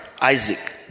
Isaac